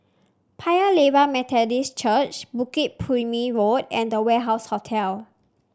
Paya Lebar Methodist Church Bukit Purmei Road and The Warehouse Hotel